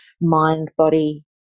mind-body